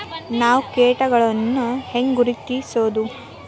ನಾವ್ ಕೇಟಗೊಳ್ನ ಹ್ಯಾಂಗ್ ಗುರುತಿಸೋದು?